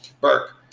Burke